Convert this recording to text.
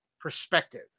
perspective